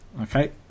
Okay